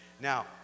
Now